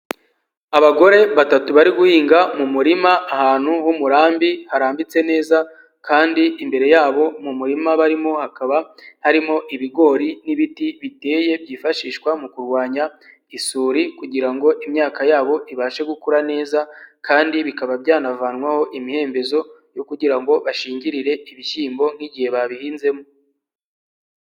Abagore batatu bari guhinga mu murima ahantu h'umurambi, harambitse neza kandi imbere yabo mu murima barimo, hakaba harimo ibigori n'ibiti biteye byifashishwa mu kurwanya isuri kugira ngo imyaka yabo ibashe gukura neza kandi bikaba byanavanwaho imihembezo yo kugira ngo bashingirire ibishyimbo nk'igihe babihinzemo.